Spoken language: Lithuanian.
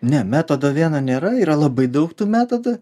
ne metodo vieno nėra yra labai daug tų metodų